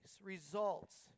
results